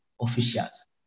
officials